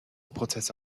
prozesse